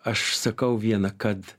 aš sakau vieną kad